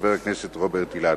חבר הכנסת רוברט אילטוב.